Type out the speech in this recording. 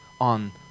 on